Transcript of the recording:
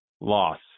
loss